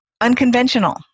unconventional